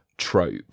trope